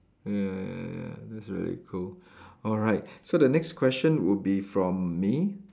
ya ya ya that's very cool alright so the next question would be from me